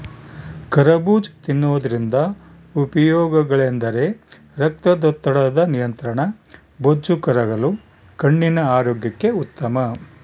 ಕರಬೂಜ ತಿನ್ನೋದ್ರಿಂದ ಉಪಯೋಗಗಳೆಂದರೆ ರಕ್ತದೊತ್ತಡದ ನಿಯಂತ್ರಣ, ಬೊಜ್ಜು ಕರಗಲು, ಕಣ್ಣಿನ ಆರೋಗ್ಯಕ್ಕೆ ಉತ್ತಮ